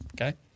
Okay